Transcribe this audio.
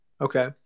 Okay